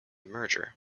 merger